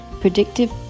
predictive